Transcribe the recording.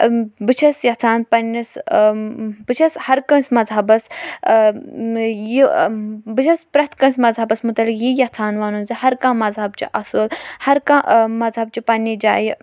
بہٕ چھَس یَژھان پنٛنِس بہٕ چھَس ہَر کٲنٛسہِ مذہَبَس یہِ بہٕ چھَس پرٛٮ۪تھ کٲنٛسہِ مَذہَبَس مُتعلِق یی یَژھان وَنُن زِ ہَر کانٛہہ مَذہَب چھُ اَصٕل ہَر کانٛہہ مَذہَب چھِ پنٛنہِ جایہِ